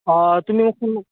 অ তুমি মোক